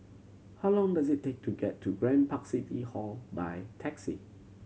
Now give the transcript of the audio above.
how long does it take to get to Grand Park City Hall by taxi